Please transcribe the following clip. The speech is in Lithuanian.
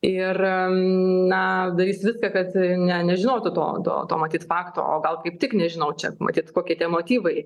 ir na darys viską kad ne nežinotų to to matyt fakto o gal kaip tik nežinau čia matyt kokie tie motyvai